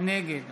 נגד